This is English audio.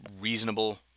reasonable